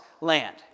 land